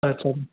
अच्छा